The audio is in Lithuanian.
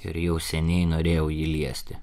ir jau seniai norėjau jį liesti